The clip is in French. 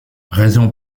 raison